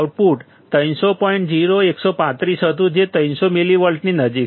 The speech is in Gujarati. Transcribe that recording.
0135 હતું જે 300 મિલિવોલ્ટની નજીક છે